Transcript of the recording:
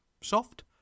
Soft